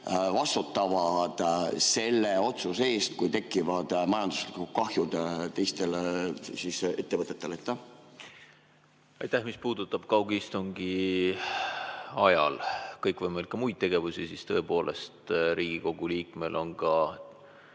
vastutavad selle otsuse eest, kui tekivad majanduslikud kahjud teistele ettevõtetele? Aitäh! Mis puudutab kaugistungi ajal kõikvõimalikke muid tegevusi, siis tõepoolest, Riigikogu liikmel on ka